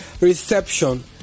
reception